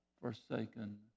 forsaken